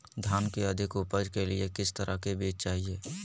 धान की अधिक उपज के लिए किस तरह बीज चाहिए?